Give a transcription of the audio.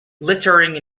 lettering